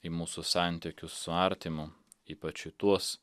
į mūsų santykius su artimu ypač į tuos